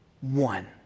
One